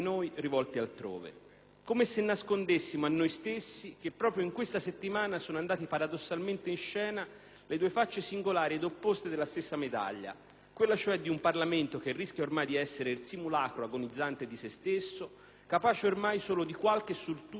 come se nascondessimo a noi stessi che proprio in questa settimana sono andate paradossalmente in scena le due facce singolari ed opposte della stessa medaglia, quella cioè di un Parlamento che rischia ormai di essere il simulacro agonizzante di sé stesso, capace ormai solo di qualche sussulto retorico